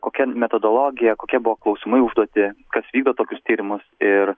kokia metodologija kokie buvo klausimai užduoti kas vykdo tokius tyrimus ir